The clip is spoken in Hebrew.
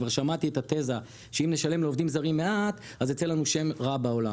כבר שמעתי את התזה שאם נשלם לעובדים זרים מעט אז ייצא לנו שם רע בעולם.